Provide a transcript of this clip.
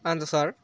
अनि त सर